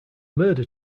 murder